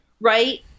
right